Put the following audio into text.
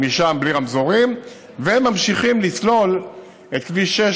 וגם משם בלי רמזורים.